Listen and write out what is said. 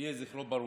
יהי זכרו ברוך.